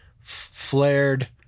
flared